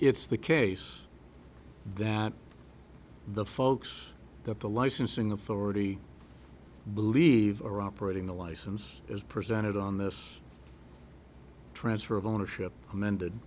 it's the case that the folks that the licensing the for already believe or operating the license as presented on this transfer of ownership amended